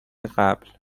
قبل